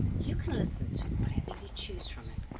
you can listen to whatever you choose from it,